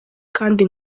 kandi